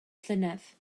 llynedd